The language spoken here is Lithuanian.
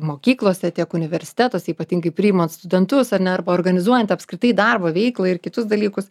mokyklose tiek universitetuose ypatingai priimant studentus ar ne arba organizuojant apskritai darbo veiklą ir kitus dalykus